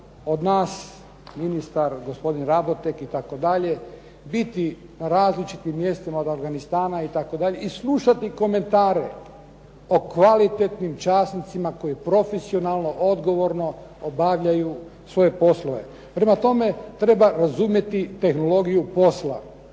od nas, ministar, gospodin Raboteg itd. biti na različitim mjestima od Afganistana itd. i slušati komentare o kvalitetnim časnicima koji profesionalno, odgovorno obavljaju svoje poslove. Prema tome, treba razumjeti tehnologiju posla.